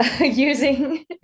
using